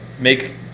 make